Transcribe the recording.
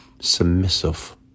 submissive